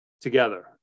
together